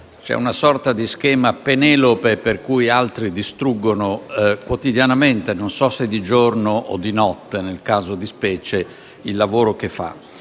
c'è una sorta di «schema Penelope» per cui altri distruggono quotidianamente - non so se di giorno o di notte, nel caso di specie - il lavoro che fa.